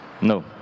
no